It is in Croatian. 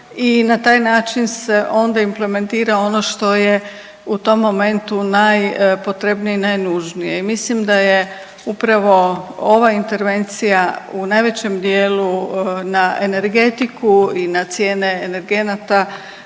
i na taj način se onda implementira ono što je u tom momentu najpotrebnije i najnužnije i mislim da je upravo ova intervencija u najvećem dijelu na energetiku i na cijene energenata